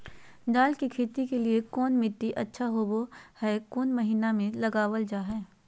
दाल की खेती के लिए कौन मिट्टी अच्छा होबो हाय और कौन महीना में लगाबल जा हाय?